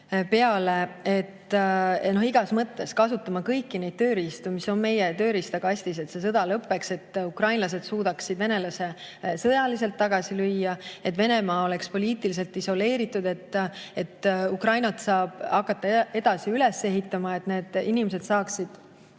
peale igas mõttes. Tuleb kasutada kõiki neid tööriistu, mis on meie tööriistakastis, et see sõda lõppeks, et ukrainlased suudaksid venelased sõjaliselt tagasi lüüa, et Venemaa oleks poliitiliselt isoleeritud, et Ukrainat saaks hakata edasi üles ehitama ja et need inimesed saaksid